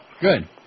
Good